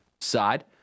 side